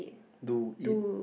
do eat